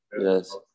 Yes